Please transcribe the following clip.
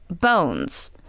bones